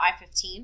I-15